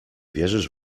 wierzysz